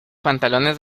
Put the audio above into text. pantalones